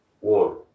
war